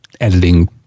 editing